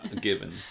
given